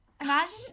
Imagine